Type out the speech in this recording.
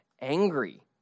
angry